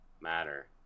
matter